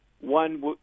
one